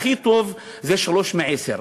הכי טוב זה 3 מ-10,